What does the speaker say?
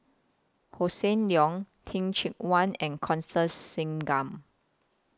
Hossan Leong Teh Cheang Wan and Constance Singam